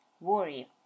worry